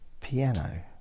Piano